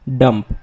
dump